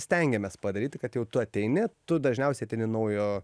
stengiamės padaryti kad jau tu ateini tu dažniausiai ateini naujo